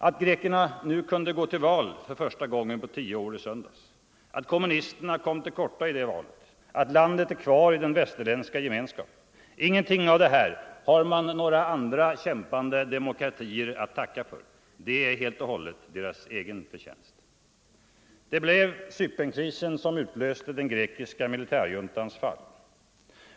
Att grekerna kunde gå till val för första gången på tio år i söndags, att kommunisterna kom till korta i det valet, att landet är kvar i den västerländska gemenskapen — ingenting av detta har de några andra kämpande demokratier att tacka för. Det är helt och hållet deras egen förtjänst. Det blev Cypernkrisen som utlöste den grekiska militärjuntans fall.